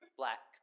black